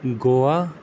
Goa